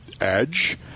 edge